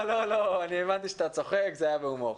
הבנתי שאתה צוחק, זה היה בהומור.